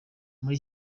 muri